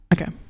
Okay